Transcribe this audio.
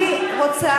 אני גם רוצה להגיד,